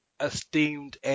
esteemed